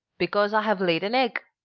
because i have laid an egg.